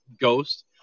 ghost